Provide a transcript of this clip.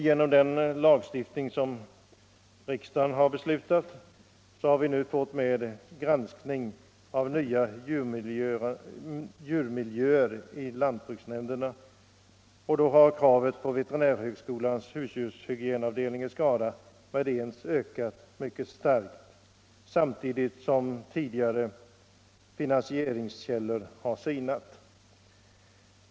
Genom den lagstiftning riksdagen har antagit om granskning i lantbruksnämnderna av nya djurmiljöer har kraven på veterinärhögskolans husdjurshygienavdelning i Skara med ens ökat mycket starkt samtidigt som tidigare finansieringskällor har sinat.